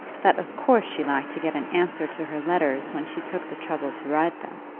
that of course she liked to get an answer to her letters when she took the trouble to write them.